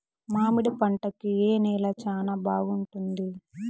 మామిడి పంట కి ఏ నేల చానా బాగుంటుంది